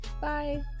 Bye